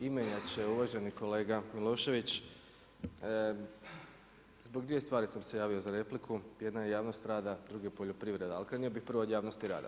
Imenjače, uvaženi kolega Milošević, zbog dvije stvari sam se javio za repliku, jedna je javnost rada, druga je poljoprivreda, ali krenuo bi prvo od javnosti rada.